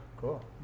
Cool